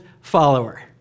follower